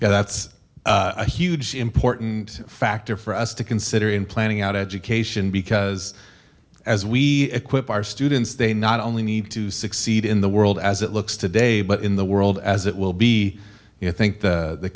that that's a huge important factor for us to consider in planning out education because as we equip our students they not only need to succeed in the world as it looks today but in the world as it will be you know i think the